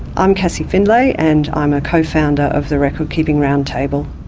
i'm cassie findlay, and i'm a co-founder of the recordkeeping roundtable.